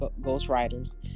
ghostwriters